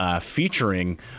Featuring